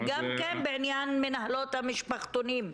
וגם כן מנהלות המשפחתונים.